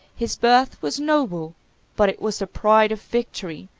his birth was noble but it was the pride of victory,